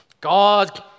God